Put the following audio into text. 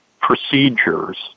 procedures